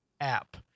app